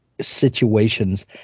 situations